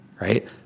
right